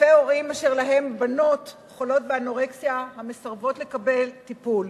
אלפי הורים אשר יש להם בנות חולות באנורקסיה המסרבות לקבל טיפול.